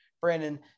Brandon